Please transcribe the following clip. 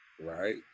right